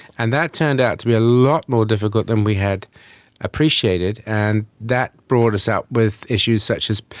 and that turned out to be a lot more difficult than we had appreciated, and that brought us out with issues such as,